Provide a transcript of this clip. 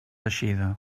eixida